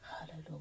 Hallelujah